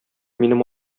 минем